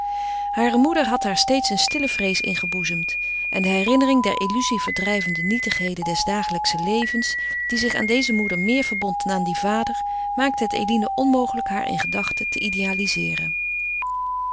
hare moeder had haar steeds een stille vrees ingeboezemd en de herinnering der illuzie verdrijvende nietigheden des dagelijkschen levens die zich aan deze moeder meer verbond dan aan dien vader maakte het eline onmogelijk haar in gedachte te idealizeeren